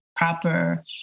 proper